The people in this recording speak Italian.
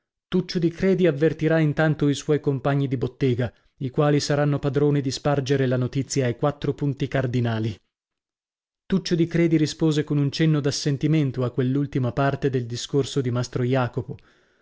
tuccio di credi avvertirà intanto i suoi compagni di bottega i quali saranno padroni di spargere la notizia ai quattro punti cardinali tuccio di credi rispose con un cenno d'assentimento a quell'ultima parte del discorso di mastro jacopo